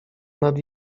nad